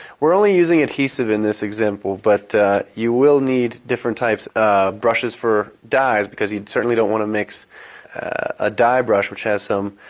we are only using adhesive in this example but you will need different types of brushes for dyes because you'd certainly don't want to mix a dye brush which has some,